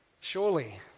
surely